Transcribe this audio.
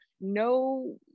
no